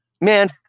man